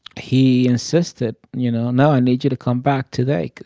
he insisted, you know, no. i need you to come back today because,